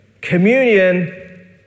communion